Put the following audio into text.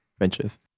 Ventures